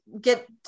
get